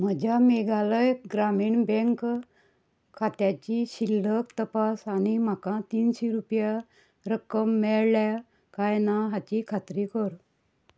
म्हज्या मेघालय ग्रामीण बँक खात्याची शिल्लक तपास आनी म्हाका तिनशीं रुपया रक्कम मेळ्ळ्या कांय ना हाची खात्री कर